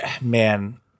Man